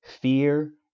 fear